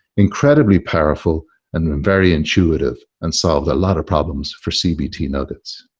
incredibly powerful and very intuitive and solved a lot of problems for cbt nuggets.